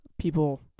people